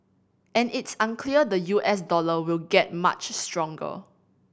and it's unclear the U S dollar will get much stronger